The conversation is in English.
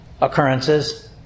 occurrences